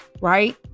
right